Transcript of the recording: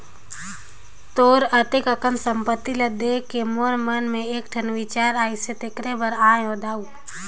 तोर अतेक अकन संपत्ति ल देखके मोर मन मे एकठन बिचार आइसे तेखरे बर आये हो दाऊ